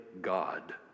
God